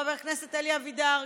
חבר הכנסת אלי אבידר,